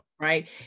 Right